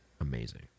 amazing